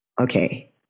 okay